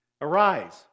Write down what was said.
Arise